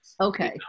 Okay